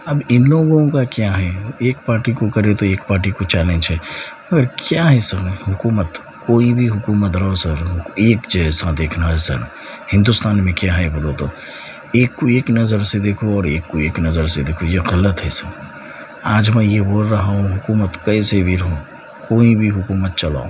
اب ان لوگوں کا کیا ہے ایک پارٹی کو کرے تو ایک پارٹی کو چلینج ہے اور کیا ہے سب حکومت کوئی بھی حکومت رہو سر ایک جیسا دکھنا ہے سر ہندوستان میں کیا ہے بولے تو ایک کو ایک نظر سے دیکھو اور ایک کو ایک نظر سے دیکھو یہ غلط ہے سر آج میں یہ بول رہا ہوں حکومت کیسے بھی ہو کوئی بھی حکومت چلاؤ